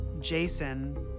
Jason